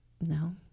No